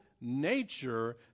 nature